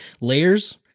layers